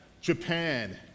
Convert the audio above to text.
Japan